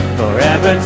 forever